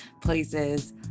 places